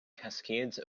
cascades